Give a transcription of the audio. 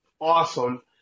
awesome